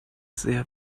sehr